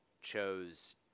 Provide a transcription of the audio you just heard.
chose